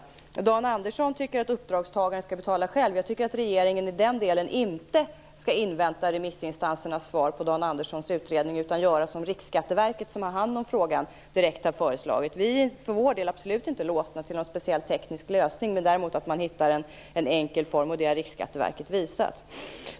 Dan Andersson tycker att uppdragstagaren skall betala själv. Jag tycker att regeringen i den delen inte skall invänta remissinstansernas svar på Dan Anderssons utredning utan göra som Riksskatteverket, som har hand om frågan, direkt har föreslagit. Vi för vår del är absolut inte låsta vid någon speciell teknisk lösning, men vi vill däremot att man hittar en enkel form, och det har Riksskatteverket visat.